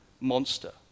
monster